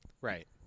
Right